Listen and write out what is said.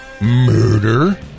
murder